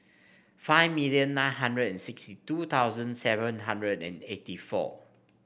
five million nine hundred and sixty two thousand seven hundred and eighty four